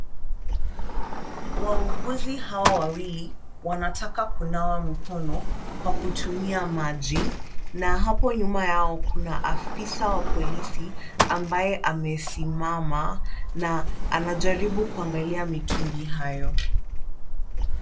Wauguzi hawa wawili, wanataka kunawa mkono kwa kutumia maji na hapo nyuma yao kuna afisa wa polisi ambaye amesimama na anajaribu kuangalia mitungi hayo.